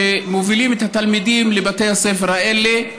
שמובילים את התלמידים לבתי הספר האלה.